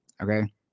okay